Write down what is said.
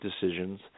decisions